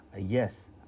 yes